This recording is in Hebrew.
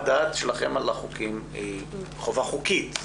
הדעת שלכם על החוקים היא חובה חוקית.